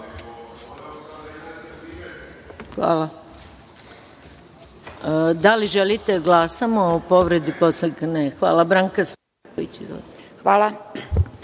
Hvala